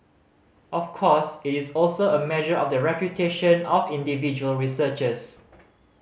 of course it is also a measure of the reputation of individual researchers